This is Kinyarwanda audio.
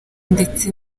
ndetse